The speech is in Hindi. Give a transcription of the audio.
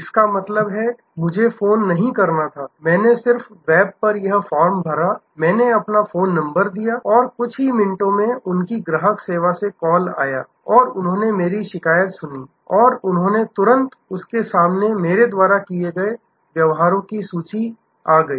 इसका मतलब है मुझे फोन नहीं करना था मैंने सिर्फ वेब पर यह फॉर्म भरा मैंने अपना फोन नंबर दिया और कुछ ही मिनटों में उनकी ग्राहक सेवा से कॉल आया और उन्होंने मेरी शिकायत सुनी और उन्होंने तुरंत उनके सामने मेरे द्वारा किए गए व्यवहारों की सूची आ गई